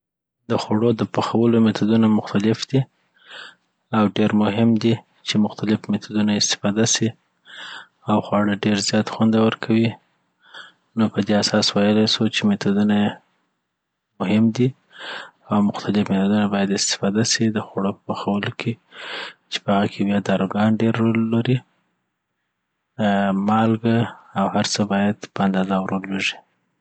دخوړو دپخولو میتودونه مختلف دی او ډیېرمهم دی چی مختلف میتودونه استفاده سي او خواړه ډیر زیات خوندور کوي نو پدی اساس ویالای سو چی میتودونه یی مهم دی اومحتلف میتودونه باید استفاده سي دخوړو په پخولو کۍ چي په هغه کي بیا داروګان، ډیر رول لري دخوړو رنګ ډیر رول لري مالګه او هرڅه په اندازه باید ور ولویږي